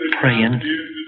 praying